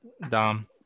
dom